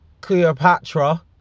Cleopatra